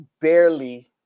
barely